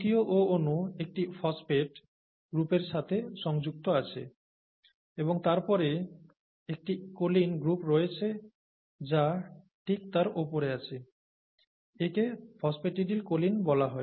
তৃতীয় O অণু একটি ফসফেট 'PO4 ' গ্রুপের সাথে সংযুক্ত আছে এবং তারপরে একটি কোলিন গ্রুপ রয়েছে যা ঠিক তার ওপরে আছে একে ফসফ্যাটিডিল কোলিন বলা হয়